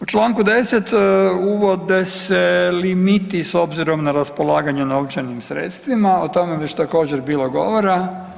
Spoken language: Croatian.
U čl. 10. uvode se limiti s obzirom na raspolaganje novčanim sredstvima, o tome je već također bilo govora.